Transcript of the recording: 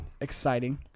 exciting